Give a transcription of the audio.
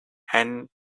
and